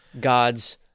God's